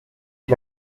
que